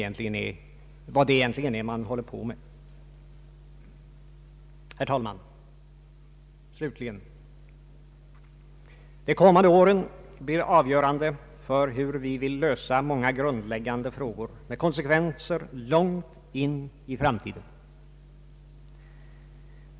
Slutligen vill jag säga att de kommande åren förmodligen blir avgörande för hur vi skall lyckas lösa många grundläggande frågor med konsekvenser långt in i framtiden.